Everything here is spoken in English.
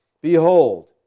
Behold